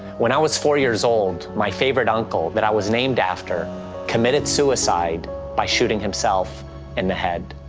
when i was four years old, my favorite uncle that i was named after committed suicide by shooting himself in the head.